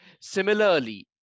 Similarly